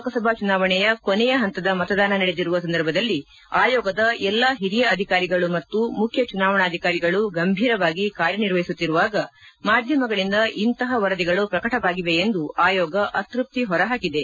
ಲೋಕಸಭಾ ಚುನಾವಣೆಯ ಕೊನೆಯ ಹಂತದ ಮತದಾನ ನಡೆದಿರುವ ಸಂದರ್ಭದಲ್ಲಿ ಆಯೋಗದ ಎಲ್ಲಾ ಹಿರಿಯ ಅಧಿಕಾರಿಗಳು ಮತ್ತು ಮುಖ್ಯ ಚುನಾವಣಾಧಿಕಾರಿಗಳು ಗಂಭೀರವಾಗಿ ಕಾರ್ಯ ನಿರ್ವಹಿಸುತ್ತಿರುವಾಗ ಮಾಧ್ಯಮಗಳಿಂದ ಇಂತಹ ವರದಿಗಳು ಪ್ರಕಟವಾಗಿವೆ ಎಂದು ಆಯೋಗ ಅತ್ಯಸ್ತಿ ಹೊರಹಾಕಿದೆ